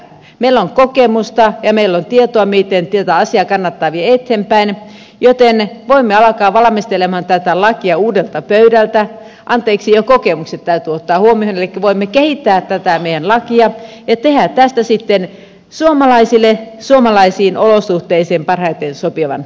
meillä on kokemusta ja meillä on tietoa miten tätä asiaa kannattaa viedä eteenpäin joten voimme alkaa valmistelemaan tätä lakia uudelta pöydältä ja kokemukset täytyy ottaa huomioon elikkä voimme kehittää tätä meidän lakia ja tehdä tästä sitten suomalaisille suomalaisiin olosuhteisiin parhaiten sopivan lain